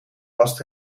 last